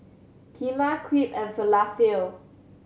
Kheema Crepe and Falafel